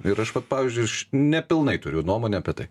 ir aš vat pavyzdžiui aš nepilnai turiu nuomonę apie tai